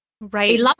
Right